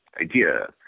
idea